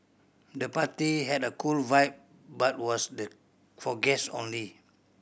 the party had a cool vibe but was the for guest only